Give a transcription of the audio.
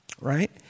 right